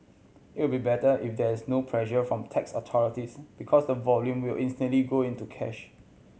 it will be better if there is no pressure from tax authorities because the volume will instantly go into cash